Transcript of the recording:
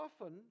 often